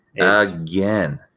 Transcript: Again